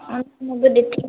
अच्छा मूं त ॾिठी